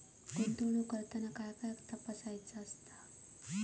गुंतवणूक करताना काय काय तपासायच?